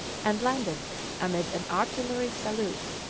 and landed amid an artillery salute.